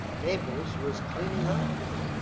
naples was cleaning house,